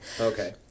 Okay